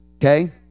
Okay